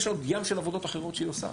יש לה עוד ים של עבודות אחרות שהיא עושה.